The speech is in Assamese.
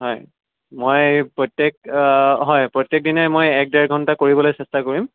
হয় মই প্ৰত্যেক হয় প্ৰত্যেক দিনাই মই এক ডেৰ ঘণ্টা কৰিবলৈ চেষ্টা কৰিম